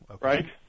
right